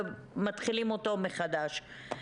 ומתחילים אותו מחדש.